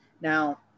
Now –